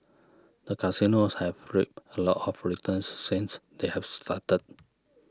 the casinos have reaped a lot of returns since they have started